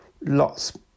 lots